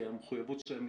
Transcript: שהמחויבות שלהן,